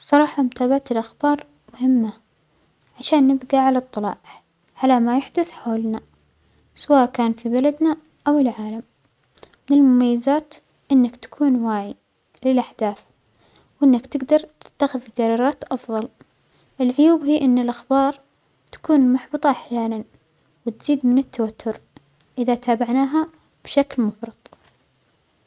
الصراحة متابعة الأخبار مهمة عشان نبجى على إطلاع على ما يحدث حولنا سواء كان في بلدنا أو العالم، من مميزات أنك تكون واعى للأحداث هو أنك تجدر تتخذ الجرارات أفظل، والعيوب هى أن الأخبار تكون محبطة أحيانا وتزيد من التوتر إذا تابعناها بشكل مفرط.